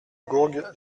gourgue